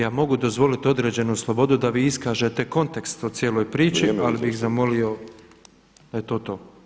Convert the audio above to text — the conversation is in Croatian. Ja mogu dozvoliti određenu slobodu da vi iskažete kontekst o cijeloj priči ali bih zamolio, je li to to.